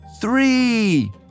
Three